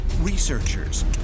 researchers